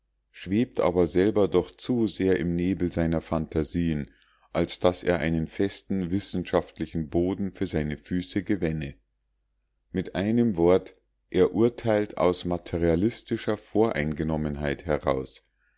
schwebt aber selber doch zu sehr im nebel seiner phantasien als daß er einen festen wissenschaftlichen boden für seine füße gewänne mit einem wort er urteilt aus materialistischer voreingenommenheit heraus